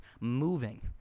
moving